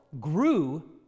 grew